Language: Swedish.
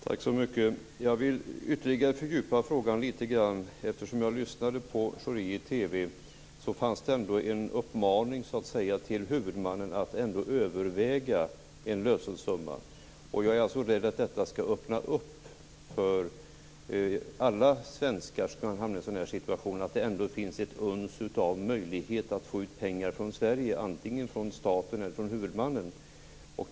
Tack fru talman! Jag vill ytterligare fördjupa frågan. Jag lyssnade på Pierre Schori i TV och tyckte att det ändå fanns en uppmaning till huvudmannen att överväga en lösensumma. Jag är rädd att detta skall ge en öppning för alla svenskar som hamnat i en sådan här situation att det finns ett uns av möjlighet att få ut pengar från Sverige, antingen från staten eller från huvudmannen.